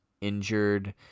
injured